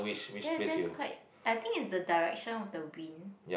that that's quite I think it's the direction of the wind